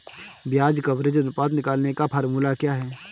ब्याज कवरेज अनुपात निकालने का फॉर्मूला क्या है?